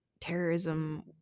terrorism